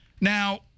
Now